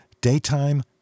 Daytime